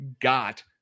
got